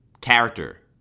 Character